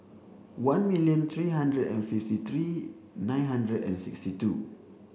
one million three hundred and fifty three nine hundred and sixty two